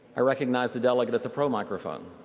i recognize the delegate at the pro microphone.